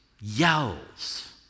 yells